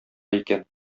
икән